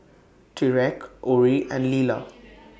Tyreke Orie and Lila